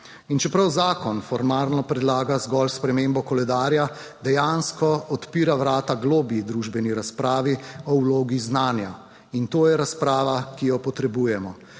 čeprav zakon formalno predlaga zgolj spremembo koledarja, dejansko odpira vrata globlji družbeni razpravi o vlogi znanja. In to je razprava, ki jo potrebujemo.